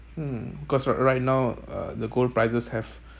hmm because right now uh the gold prices have